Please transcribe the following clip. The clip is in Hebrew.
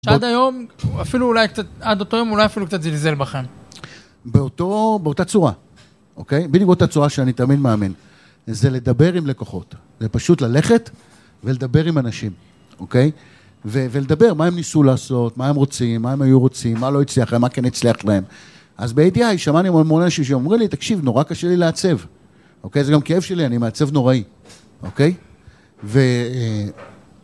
עד היום, אפילו אולי קצת, עד אותו יום אולי אפילו קצת זלזל בכם. באותו, באותה צורה, אוקיי? בדיוק באותה צורה שאני תמיד מאמין. זה לדבר עם לקוחות, זה פשוט ללכת ולדבר עם אנשים, אוקיי? ולדבר מה הם ניסו לעשות, מה הם רוצים, מה הם היו רוצים, מה לא הצליח להם, מה כן הצליח להם. אז ב-ADI, שמענו המון אנשים שאומרים לי, תקשיב, נורא קשה לי לעצב, אוקיי? זה גם כאב שלי, אני מעצב נוראי, אוקיי?